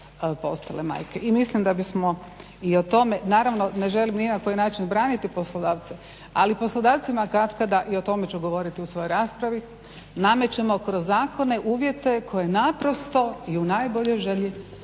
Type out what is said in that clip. postale majke. I mislim da bismo i o tome, naravno ne želim ni na koji način braniti poslodavce, ali poslodavcima katkada i o tome ću govoriti u svojoj raspravi namećemo kroz zakone uvjete koje naprosto i u najboljoj Želji